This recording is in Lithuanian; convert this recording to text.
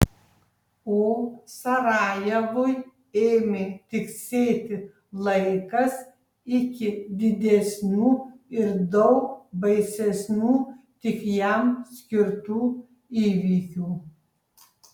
o sarajevui ėmė tiksėti laikas iki didesnių ir daug baisesnių tik jam skirtų įvykių